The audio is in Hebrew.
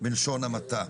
בלשון המעטה.